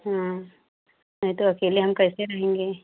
हम्म नहीं तो अकेले हम कैसे रहेंगे